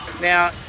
Now